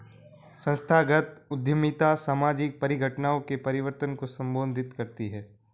संस्थागत उद्यमिता सामाजिक परिघटनाओं के परिवर्तन को संबोधित करती है